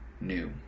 new